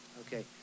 okay